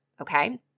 okay